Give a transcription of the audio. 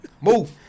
Move